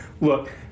Look